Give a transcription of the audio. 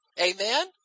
Amen